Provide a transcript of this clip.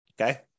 okay